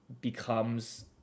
becomes